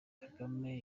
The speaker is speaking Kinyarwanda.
kagame